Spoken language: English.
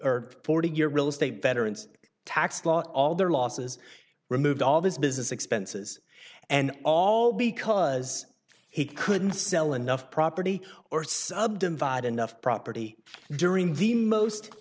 or forty year real estate veterans tax law all their losses removed all this business expenses and all because he couldn't sell enough property or subdivide enough property during the most